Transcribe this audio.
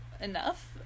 enough